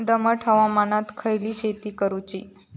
दमट हवामानात खयली शेती करूची?